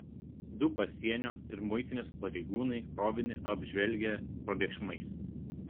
du pasienio ir muitinės pareigūnai krovinį apžvelgę probėgšmais